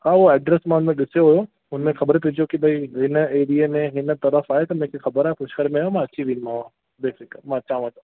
हा हूअ एड्रेस मां ॾिसियो हुयो उन में ख़बर पइजी वियो कि भाई हिन एरिये में हिन तरफ आहे त मां त मूंखे ख़बर आहे पुष्कर में आहे मां अची वेंदोमांव बेफ़िकर मां अचांव थो